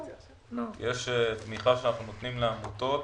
יש תמיכה שאנחנו נותנים לעמותות